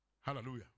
Hallelujah